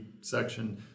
section